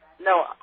No